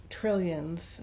trillions